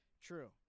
True